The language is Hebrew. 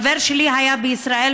חבר שלי היה בישראל,